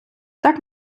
так